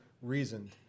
reasoned